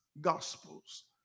gospels